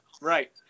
Right